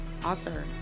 author